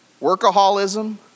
workaholism